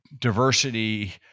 diversity